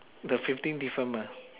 the fifteen different mah